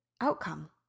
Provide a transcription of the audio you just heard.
outcome